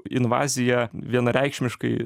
invazija vienareikšmiškai